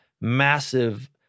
massive